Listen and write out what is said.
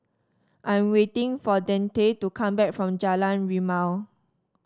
I'm waiting for Deante to come back from Jalan Rimau